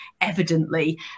evidently